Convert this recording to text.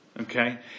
okay